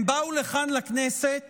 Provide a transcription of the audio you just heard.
הם באו לכאן, לכנסת